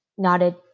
Nodded